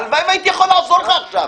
הלוואי והייתי יכול לעזור לך עכשיו.